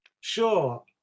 sure